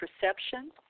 perception